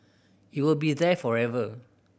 it will be there forever